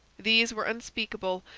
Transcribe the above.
these were unspeakable,